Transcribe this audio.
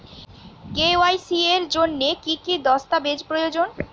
KYC এর জন্যে কি কি দস্তাবেজ প্রয়োজন?